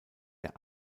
der